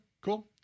cool